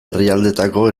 herrialdeetako